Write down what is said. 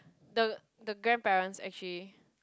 the the grandparents actually